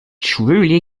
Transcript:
truly